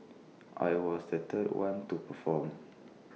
I was the third one to perform